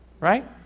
Right